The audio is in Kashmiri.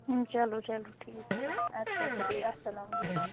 چلو چلو ٹھیٖک چھُ اَدٕ سا بِہِو اَسَلام علیکُم